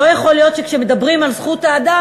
לא יכול להיות שכשמדברים על זכות האדם,